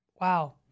Wow